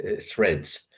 threads